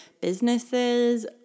businesses